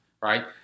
right